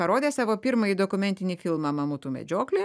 parodė savo pirmąjį dokumentinį filmą mamutų medžioklė